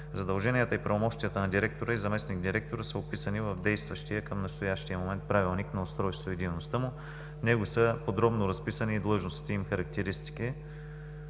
Задълженията и правомощията на директора и заместник-директора са описани в действащия към настоящия момент Правилник за устройството и дейността му. В него са подробно разписани и длъжностните им характеристики.